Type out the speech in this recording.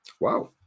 Wow